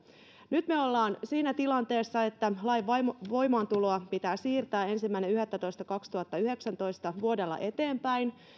nyt me olemme siinä tilanteessa että lain voimaantuloa pitää siirtää ensimmäinen yhdettätoista kaksituhattayhdeksäntoista vuodella eteenpäin